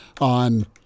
on